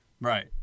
Right